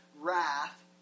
wrath